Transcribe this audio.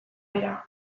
bera